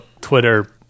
Twitter